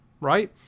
right